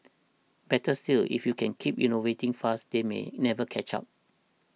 better still if you can keep innovating fast they may never catch up